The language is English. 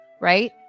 right